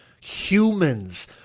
humans